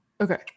Okay